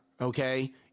okay